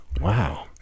Wow